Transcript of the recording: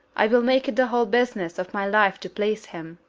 i will make it the whole business of my life to please him!